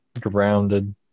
grounded